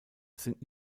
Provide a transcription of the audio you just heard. sind